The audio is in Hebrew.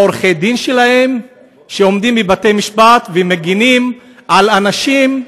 עורכי הדין שלהם עומדים בבתי משפט ומגינים על אנשים,